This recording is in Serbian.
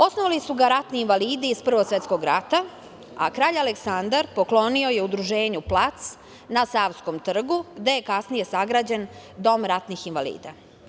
Osnovali su ga ratni invalidi iz Prvog svetskog rata, a kralj Aleksandar poklonio je Udruženju plac na Savskom trgu gde je kasnije sagrađen Dom ratnih invalida.